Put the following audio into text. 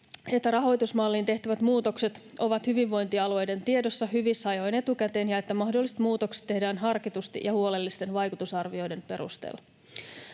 että rahoitusmalliin tehtävät muutokset ovat hyvinvointialueiden tiedossa hyvissä ajoin etukäteen ja että mahdolliset muutokset tehdään harkitusti ja huolellisten vaikutusarvioiden perusteella.